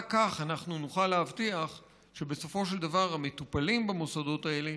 רק כך אנחנו נוכל להבטיח שבסופו של דבר המטופלים במוסדות האלה